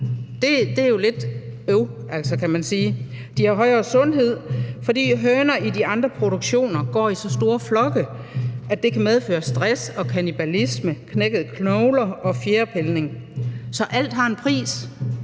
Det er jo lidt øv, kan man altså sige. De har højere sundhed, fordi høner i de andre produktioner går i så store flokke, at det kan medføre stress og kannibalisme, knækkede knogler og fjerpilning. Så alt har en pris